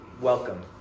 welcome